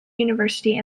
university